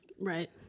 Right